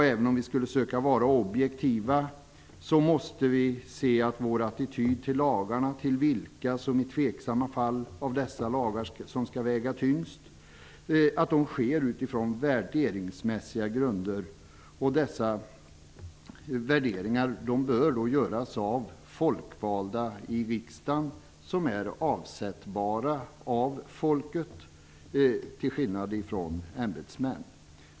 Även om vi skulle söka vara objektiva, måste vi se att vår attityd till vilka av dessa lagar som i tveksamma fall skall väga tyngst sker utifrån värderingsmässiga grunder. Dessa värderingar bör då göras av folkvalda i riksdagen som är avsättbara av folket, till skillnad från ämbetsmän.